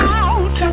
out